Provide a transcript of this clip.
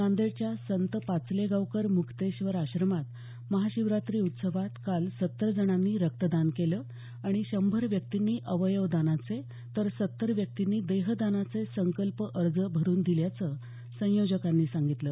नांदेडच्या संत पाचलेगावकर मुक्तेश्वर आश्रमात महाशिवरात्री उत्सवात काल सत्तर जणांनी रक्तदान केलं आणि शंभर व्यक्तींनी अवयवदानाचे तर सत्तर व्यक्तींनी देहदानाचे संकल्प अर्ज भरून दिल्याचं संयोजकांनी सांगितलं